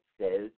says